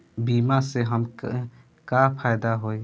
बीमा से हमके का फायदा होई?